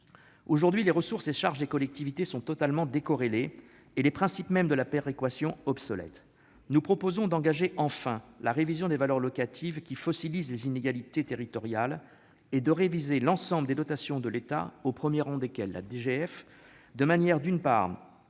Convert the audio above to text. Aujourd'hui, les ressources et les charges des collectivités sont totalement décorrélées et les principes mêmes de la péréquation obsolètes. Nous proposons d'engager enfin la révision des valeurs locatives, qui fossilisent les inégalités territoriales, et de réviser l'ensemble des dotations de l'État, au premier rang desquelles la DGF, de manière à garantir